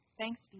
Thanks